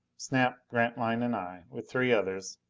snap, grantline and i, with three others,